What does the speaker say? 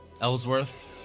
Ellsworth